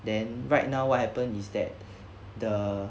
then right now what happened is that the